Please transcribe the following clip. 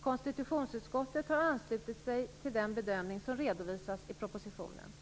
Konstitutionsutskottet har anslutit sig till den bedömning som redovisas i propositionen.